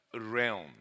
realm